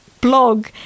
blog